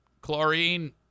chlorine